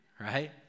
right